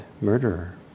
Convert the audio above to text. murderer